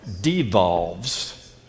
devolves